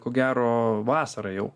ko gero vasarą jau